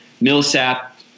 Millsap